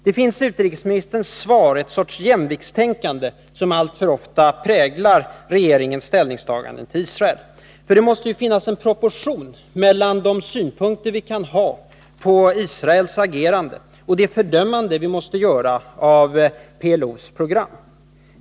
Det finns i utrikesministerns svar ett slags jämviktstänkande som alltför ofta präglar regeringens ställningstagande till Israel, ty det måste ju finnas en proportion mellan de åsikter vi kan ha på Israels agerande och det fördömande vi måste göra av PLO:s program.